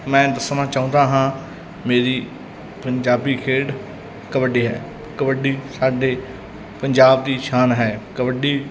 ਮੈਂ ਦੱਸਣਾ ਚਾਹੁੰਦਾ ਹਾਂ ਮੇਰੀ ਪੰਜਾਬੀ ਖੇਡ ਕਬੱਡੀ ਹੈ ਕਬੱਡੀ ਸਾਡੇ ਪੰਜਾਬ ਦੀ ਸ਼ਾਨ ਹੈ ਕਬੱਡੀ